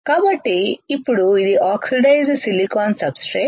కాబట్టి ఇప్పుడు ఇది ఆక్సిడైజ్డ్ సిలికాన్ సబ్ స్ట్రేట్